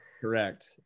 Correct